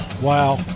Wow